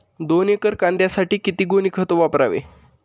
दोन एकर कांद्यासाठी किती गोणी खत वापरावे?